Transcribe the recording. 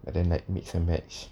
but then like mix and match